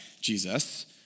Jesus